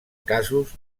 casos